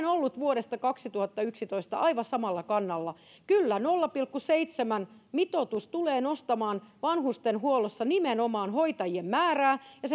ollut vuodesta kaksituhattayksitoista aivan samalla kannalla kyllä nolla pilkku seitsemän mitoitus tulee nostamaan vanhustenhuollossa nimenomaan hoitajien määrää ja